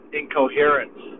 incoherence